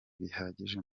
bihagije